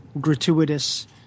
gratuitous